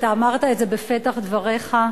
אתה אמרת את זה בפתח דבריך: